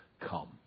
Come